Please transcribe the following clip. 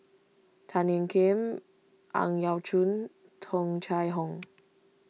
Tan Ean Kiam Ang Yau Choon Tung Chye Hong